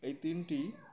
এই তিনটি